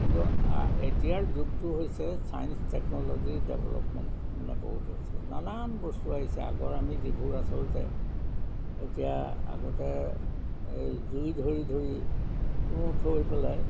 কিন্তু এতিয়াৰ যুগটো হৈছে চায়েঞ্চ টেকন'লজিৰ ডেভেলপমেণ্ট মানে বহুত হৈছে নানান বস্তু আহিছে আগৰ আমি যিবোৰ আচলতে এতিয়া আগতে জুই ধৰি ধৰি কুঁ থৈ পেলাই